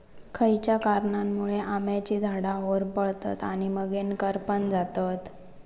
खयच्या कारणांमुळे आम्याची झाडा होरपळतत आणि मगेन करपान जातत?